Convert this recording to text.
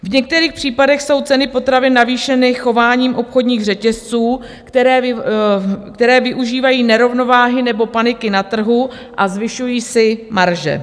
V některých případech jsou ceny potravin navýšeny chováním obchodních řetězců, které využívají nerovnováhy nebo paniky na trhu a zvyšují si marže.